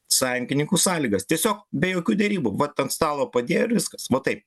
sąjungininkų sąlygas tiesiog be jokių derybų vat ant stalo padėjo ir viskas va taip